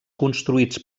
construïts